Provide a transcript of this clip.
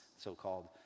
so-called